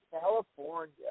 California